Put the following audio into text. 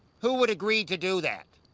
who would agree to do that?